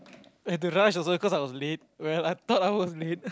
I had to rush also cause I was late well I thought I was late